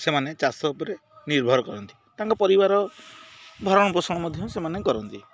ସେମାନେ ଚାଷ ଉପରେ ନିର୍ଭର କରନ୍ତି ତାଙ୍କ ପରିବାର ଭରଣପୋଷଣ ମଧ୍ୟ ସେମାନେ କରନ୍ତି